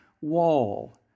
wall